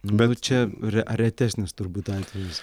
bet čia re retesnis turbūt atvejis